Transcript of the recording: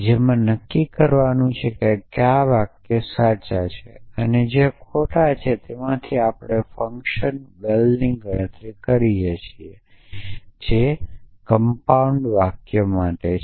જેમાં નક્કી કરવાનું છે કે કયા વાક્યો સાચા છે અને જે ખોટા છે તેમાંથી આપણે આ ફંક્શન val ની ગણતરી કરી શકીએ છીએ જે કંપાઉન્ડ વાક્યો માટે છે